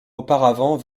auparavant